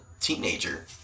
teenager